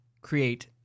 create